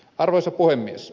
arvoisa puhemies